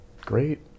great